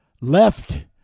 left